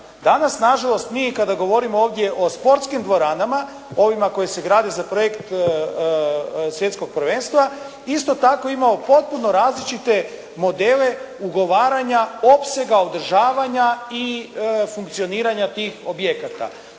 Danas nažalost mi i kada govorimo o sportskim dvoranama, ovima koje se grade za projekt Svjetskog prvenstva isto tako imamo potpuno različite modele ugovaranja, opsega održavanja i funkcioniranja tih objekata.